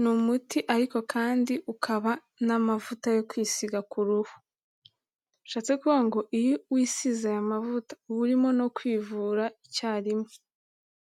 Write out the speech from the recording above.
ni umuti ariko kandi ukaba n'amavuta yo kwisiga ku ruhu, bishatse kuvuga ngo iyo wisize aya mavuta uba urimo no kwivura icyarimwe.